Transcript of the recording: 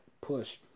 push